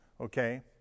okay